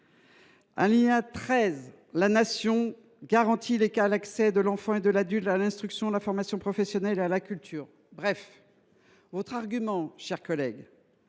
Alinéa 13 :« La Nation garantit l’égal accès de l’enfant et de l’adulte à l’instruction, à la formation professionnelle et à la culture. » Bref, votre argument, cher collègue,